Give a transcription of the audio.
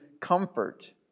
comfort